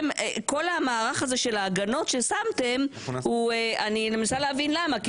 כל המערך הזה של ההגנות ששמתם הוא אני מנסה להבין למה,